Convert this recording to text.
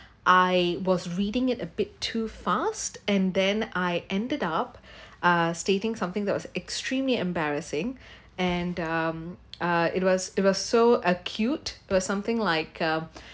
I was reading it a bit too fast and then I ended up ah stating something that was extremely embarrassing and um uh it was it was so acute were something like um